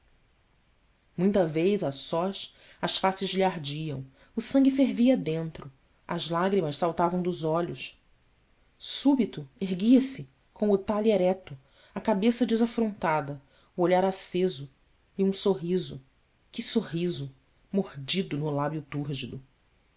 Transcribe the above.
muita vez a sós as faces lhe ardiam o sangue fervia dentro as lágrimas saltavam dos olhos súbito erguia-se com o talhe ereto a cabeça desafrontada o olhar aceso e um sorriso que sorriso mordido no lábio túrgido